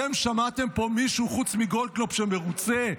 אתם שמעתם פה מישהו חוץ מגולדקנופ שמרוצה?